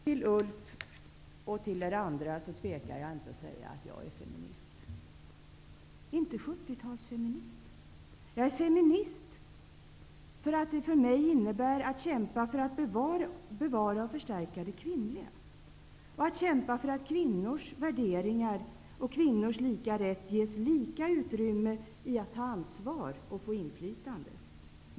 Till Ulf Kristersson och till er andra tvekar jag inte att säga att jag är feminist -- men inte 70 talsfeminist. För mig innebär det att kämpa för att bevara och förstärka det kvinnliga, att kämpa för att kvinnors värderingar och kvinnors lika rätt ges lika utrymme i att ta ansvar och få inflytande.